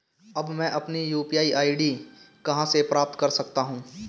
अब मैं अपनी यू.पी.आई आई.डी कहां से प्राप्त कर सकता हूं?